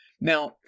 Now